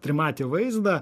trimatį vaizdą